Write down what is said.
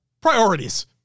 Priorities